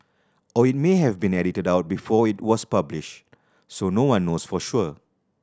or it may have been edited out before it was published so no one knows for sure